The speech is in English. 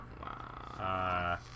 Wow